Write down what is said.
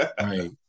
Right